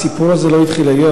הסיפור הזה לא התחיל היום,